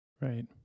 Right